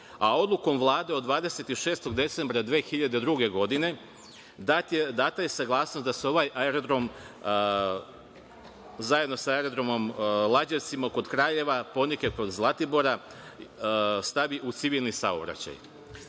a odlukom Vlade od 26. decembra 2002. godine data je saglasnost da se ovaj aerodrom zajedno sa aerodromom Lađevci kod Kraljeva, „Ponikve“ kod Zlatibora, stavi u civilni saobraćaj.